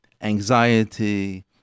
anxiety